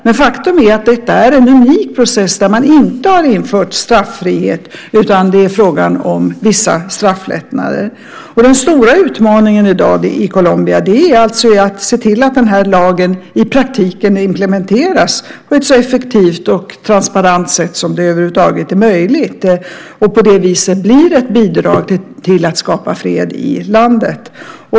Men faktum är att detta är en unik process, där man inte har infört straffrihet utan där det är fråga om vissa strafflättnader. Den stora utmaningen i dag i Colombia är att se till att lagen i praktiken implementeras på ett så effektivt och transparent sätt som det över huvud taget är möjligt. På det viset kan det bli ett bidrag till att skapa fred i landet.